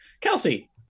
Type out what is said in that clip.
Kelsey